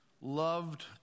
loved